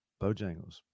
Bojangles